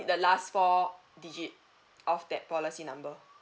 need the last four digit of that policy number